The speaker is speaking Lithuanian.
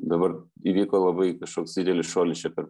dabar įvyko labai kažkoks didelis šuolis čia per